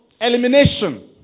elimination